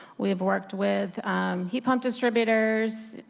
we have worked with heat pump distributors,